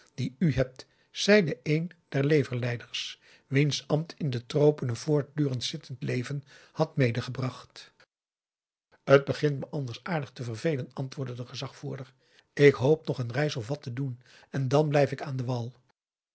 die u hebt zeide een der leverlijders wiens ambt in de tropen een voortdurend zittend leven had meegebracht t begint me anders aardig te vervelen antwoordde de gezagvoerder ik hoop nog n reis of wat te doen en dan blijf ik aan den wal